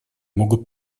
могут